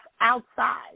outside